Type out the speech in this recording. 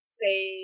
say